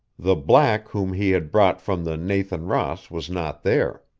the black whom he had brought from the nathan ross was not there.